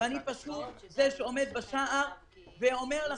ואני פשוט זה שעומד בשער ואומר לכם: